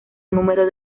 número